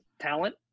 talent